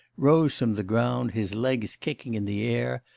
rose from the ground, his legs kicking in the air,